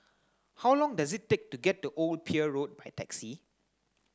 how long does it take to get to Old Pier Road by taxi